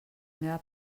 meva